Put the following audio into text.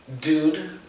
Dude